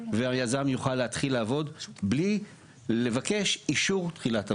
והיזם יוכל להתחיל עבוד מבלי לבקש אישור תחילת עבודות.